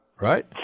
Right